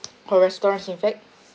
or restaurants in fact